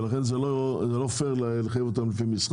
ולכן זה לא פייר לחייב אותם כמסחר.